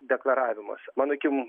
deklaravimas mano akim